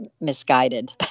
misguided